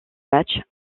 matchs